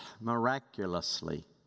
miraculously